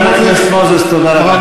חבר הכנסת מוזס, תודה רבה.